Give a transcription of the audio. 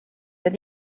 teed